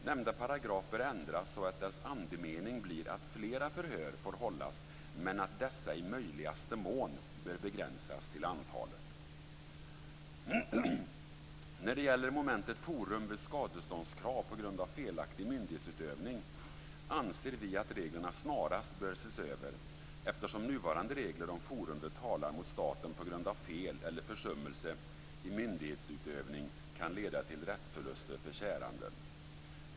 Nämnda paragraf bör ändras så att dess andemening blir att flera förhör får hållas, men att dessa i möjligaste mån bör begränsas till antalet. När det gäller momentet "Forum vid skadeståndskrav på grund av felaktig myndighetsutövning" anser vi att reglerna snarast bör ses över eftersom nuvarande regler om forum vid talan mot staten på grund av fel eller försummelse i myndighetsutövning kan leda till rättsförluster för käranden.